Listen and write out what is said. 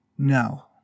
No